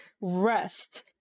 rest